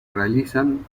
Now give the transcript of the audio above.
realizan